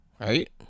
right